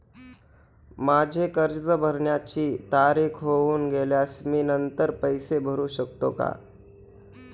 माझे कर्ज भरण्याची तारीख होऊन गेल्यास मी नंतर पैसे भरू शकतो का?